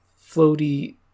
floaty